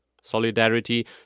Solidarity